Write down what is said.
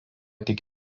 tik